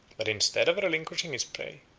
but instead of relinquishing his prey,